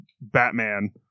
Batman